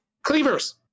Cleavers